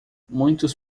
muitos